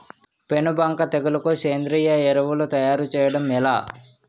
పేను బంక తెగులుకు సేంద్రీయ ఎరువు తయారు చేయడం ఎలా?